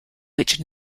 which